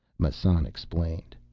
massan explained,